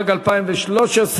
התשע"ג 2013,